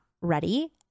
ready